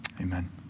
Amen